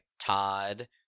todd